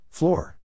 Floor